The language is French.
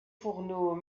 fourneaux